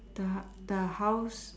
the hug the house